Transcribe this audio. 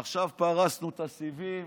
עכשיו פרסנו את הסיבים,